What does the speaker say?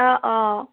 অঁ অঁ